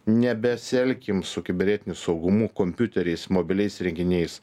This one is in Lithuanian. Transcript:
nebesielkim su kibernetiniu saugumu kompiuteriais mobiliais įrenginiais